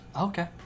Okay